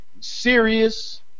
serious